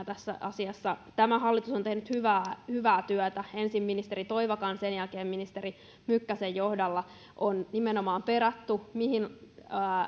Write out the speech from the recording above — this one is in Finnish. tässä asiassa tämä hallitus on on tehnyt hyvää työtä ensin ministeri toivakan sen jälkeen ministeri mykkäsen johdolla on nimenomaan perattu mihin